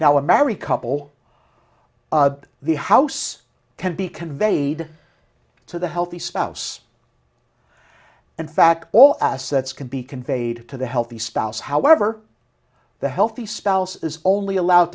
now a married couple of the house can be conveyed to the healthy spouse and fact all assets can be conveyed to the healthy spouse however the healthy spouse is only allowed